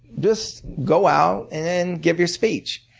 just go out and give your speech.